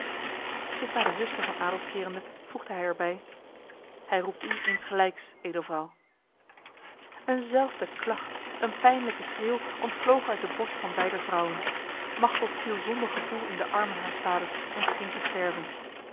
zich naar de zuster van adolf kerende voegde hij er bij hij roept u insgelijks edelvrouw eenzelfde klacht een pijnlijke schreeuw ontvloog uit de borst van beider vrouwen machteld viel zonder gevoel in de armen haars vaders en scheen te sterven